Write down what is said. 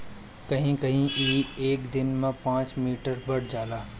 कहीं कहीं ई एक दिन में पाँच मीटर बढ़ जाला